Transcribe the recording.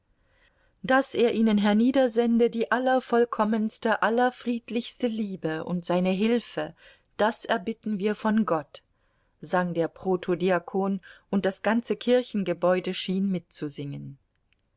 daß er ihnen herniedersende die allervollkommenste allerfriedlichste liebe und seine hilfe das erbitten wir von gott sang der protodiakon und das ganze kirchengebäude schien mitzusingen